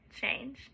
change